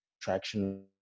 traction